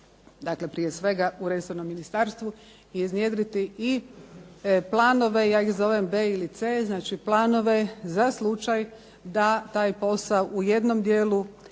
dakle prije svega u resornom ministarstvu, iznjedriti i planove ja ih zovem B ili C, znači planove za slučaj da taj posao u jednom dijelu